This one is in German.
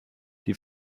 die